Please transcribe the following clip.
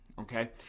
Okay